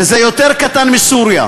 וזה יותר קטן מסוריה,